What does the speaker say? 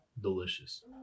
delicious